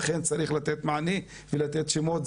אכן צריך לתת מענה ולתת שמות,